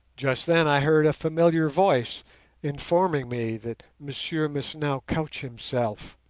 just then i heard a familiar voice informing me that monsieur must now couch himself